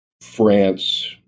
France